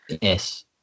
Yes